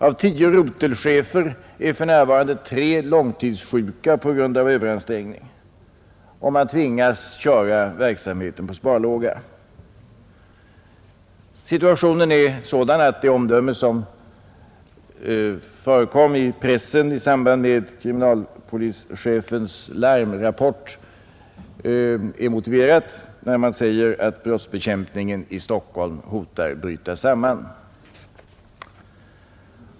Av tio rotelchefer är för närvarande tre långtidssjuka på grund av överansträngning, och man tvingas bedriva verksamheten på sparlåga. Situationen är sådan att det omdöme som förekom i pressen i samband med kriminalpolischefens larmrapport är motiverat; man sade där att brottsbekämpningen i Stockholm hotar att bryta samman.